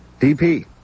DP